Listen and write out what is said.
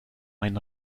ein